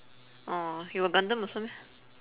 orh you got gundam also meh